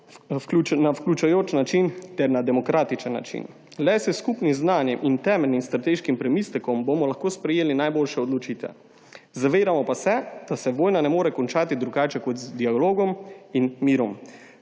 na vključujoč način ter na demokratičen način. Le s skupnim znanjem in temeljnim strateškim premislekom bomo lahko sprejeli najboljše odločitve. Zavedamo pa se, da se vojna ne more končati drugače kot z dialogom in mirom.